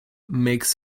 makes